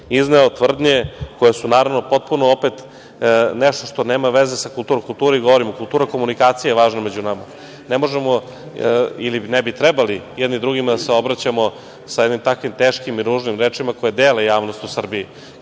izneo tvrdnje koje su naravno potpuno opet nešto što nema veze sa kulturom. O kulturi govorimo, kultura komunikacije je važna među nama. Ne možemo ili ne bi trebali jedni drugima da se obraćamo sa jednim takvim teškim i ružnim rečima koje dele javnost u Srbiji.